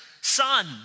son